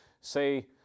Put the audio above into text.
say